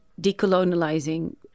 decolonializing